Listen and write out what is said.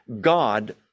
God